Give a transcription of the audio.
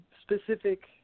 specific